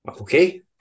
Okay